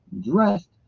dressed